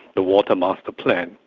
the water master plan.